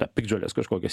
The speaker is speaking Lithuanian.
ar piktžoles kažkokias